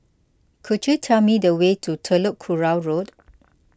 could you tell me the way to Telok Kurau Road